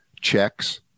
checks